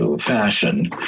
fashion